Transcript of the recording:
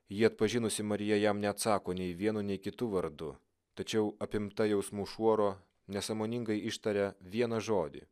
jį atpažinusi marija jam neatsako nei vienu nei kitu vardu tačiau apimta jausmų šuoro nesąmoningai ištaria vieną žodį